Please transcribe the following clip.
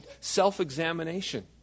self-examination